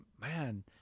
Man